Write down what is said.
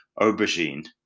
aubergine